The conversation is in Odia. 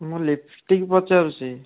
ମୁଁ ଲିପଷ୍ଟିକ୍ ପଚାରୁଛି